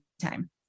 time